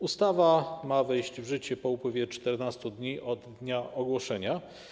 Ustawa ma wejść w życie po upływie 14 dni od dnia ogłoszenia.